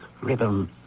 ribbon